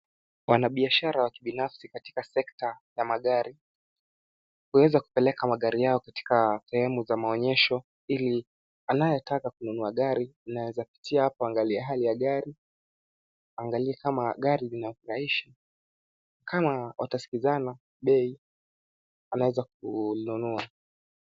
Wanabiashara wa kibinafsi katika sekta ya magari, huweza kupeleka magari yao katika sehemu za maonyesho ili anayetaka kununua gari anawezapitia hapo aangalie hali ya gari, angalie kama gari linamfurahisha, kama watasikizana bei anaweza kulinunua.